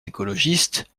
écologistes